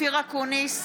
אופיר אקוניס,